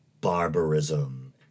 barbarism